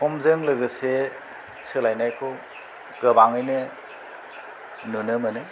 समजों लोगोसे सोलायनायखौ गोबाङैनो नुनो मोनो